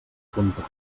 contar